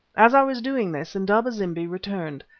as i was doing this, indaba-zimbi returned.